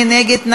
מי נגד?